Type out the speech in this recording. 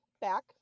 back